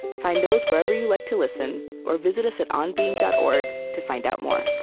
find those wherever you like to listen, or visit us at onbeing dot org to find out more